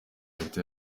leta